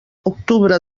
octubre